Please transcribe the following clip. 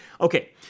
Okay